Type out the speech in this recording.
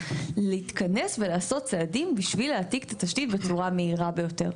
להתכנס ולעשות צעדים בשביל להעתיק את התשתית בצורה המהירה ביותר.